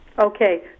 Okay